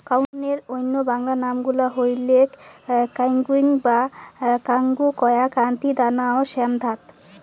কাউনের অইন্য বাংলা নাম গুলা হইলেক কাঙ্গুই বা কাঙ্গু, কোরা, কান্তি, দানা ও শ্যামধাত